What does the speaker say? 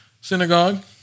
synagogue